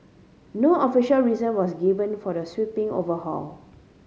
no official reason was given for the sweeping overhaul